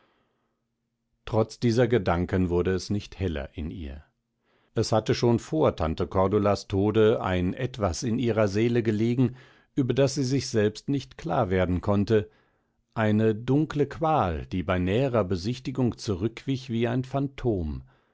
trotz dieser gedanken wurde es nicht heller in ihr es hatte schon vor tante cordulas tode ein etwas in ihrer seele gelegen über das sie selbst nicht klar werden konnte eine dunkle qual die bei näherer besichtigung zurückwich wie ein phantom